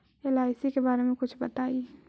LIC के बारे मे कुछ बताई?